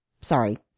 Sorry